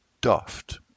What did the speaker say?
daft